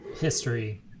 History